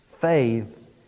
Faith